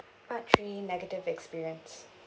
part three negative experience